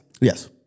Yes